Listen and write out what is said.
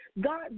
God